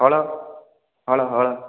ହଳ ହଳ ହଳ